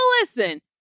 listen